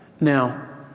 Now